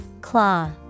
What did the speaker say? Claw